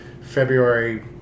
February